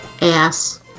Ass